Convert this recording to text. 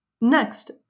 Next